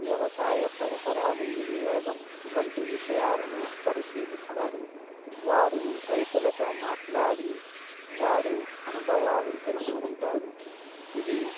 వ్యవసాయ పరికరాలు వినియోగం వంటి విషయాలను పరిశీలిస్తారు వారు రైతులతో మాట్లాడి వారు అనుభవాలు తెలుసుకుంటారు ఇది